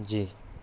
جی